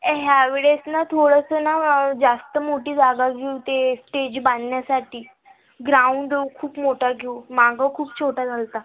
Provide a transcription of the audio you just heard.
हे ह्यावेळेस ना थोडंसं ना जास्त मोठी जागा घेऊ ते स्टेज बांधण्यासाठी ग्राउंड खूप मोठं घेऊ मागं खूप छोटं झालं होतं